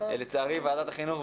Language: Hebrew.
לצערי ועדת החינוך,